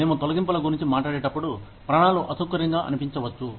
మేము తొలగింపుల గురించి మాట్లాడేటప్పుడు ప్రాణాలు అసౌకర్యంగా అనిపించవచ్చు